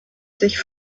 sich